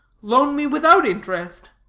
loan me without interest.